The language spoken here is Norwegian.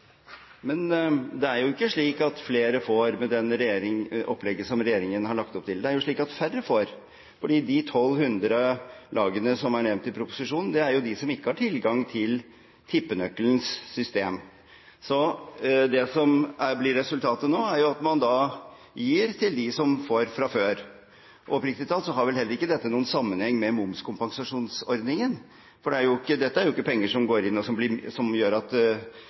Men det er jo ikke slik at flere får med regjeringens opplegg. Det er jo slik at færre får, fordi de 1 200 lagene som er nevnt i proposisjonen, ikke har tilgang til tippenøkkelens system. Så det som blir resultatet nå, er at man gir til dem som får fra før. Oppriktig talt så har vel heller ikke dette noen sammenheng med momskompensasjonsordningen. Dette er jo ikke penger som gjør at